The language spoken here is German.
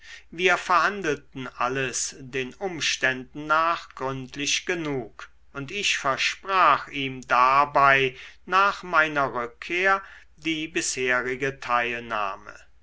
wir verhandelten alles den umständen nach gründlich genug und ich versprach ihm dabei nach meiner rückkehr die bisherige teilnahme